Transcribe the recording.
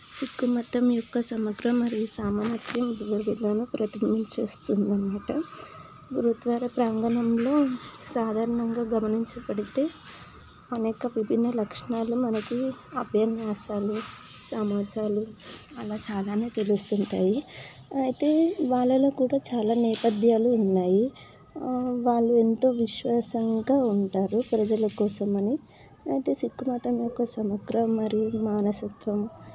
సిక్కు మతం యొక్క సమగ్రం మరియు సామాన్యతలు విదివిధానాలు ప్రతిభం చేస్తుందన్నమాట గురుద్వారా ప్రాంగణంలో సాధారణంగా గమనించబడితే అనేక విధిని లక్షణాలు మనకి అభ్యాన్యాసాలు సమాజాలు అలా చాలానే తెలుస్తుంటాయి అయితే వాళ్లలో కూడా చాలా నేపథ్యాలు ఉన్నాయి వాళ్ళు ఎంతో విశ్వాసంగా ఉంటారు ప్రజల కోసమని అయితే సిక్కు మతం ఒక సమగ్ర మరియు మానసత్వం